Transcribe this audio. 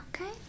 okay